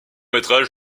métrage